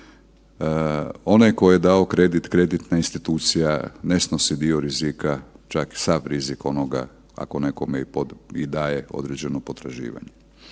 onaj tko je dao kredit, kreditna institucija ne snosi dio rizika čak sav rizik onoga ako nekome i daje određeno potraživanje.